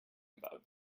about